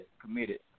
committed